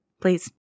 please